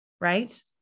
right